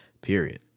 period